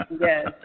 Yes